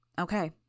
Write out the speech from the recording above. Okay